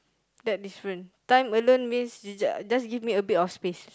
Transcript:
that's different turn alone means just just give me a bit of space